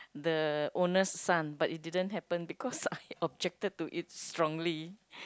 the owner's son but it didn't happen because I objected to it strongly